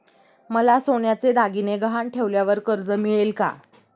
मला सोन्याचे दागिने गहाण ठेवल्यावर कर्ज मिळेल का?